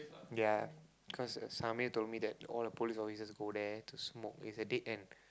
ya cause uh Sameer told me that all the police always just go there to smoke it's a dead end